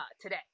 today